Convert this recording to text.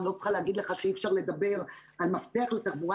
אני לא צריכה להגיד לך שאי אפשר לדבר על מפתח לתחבורה